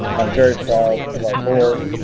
i'm very proud of our board.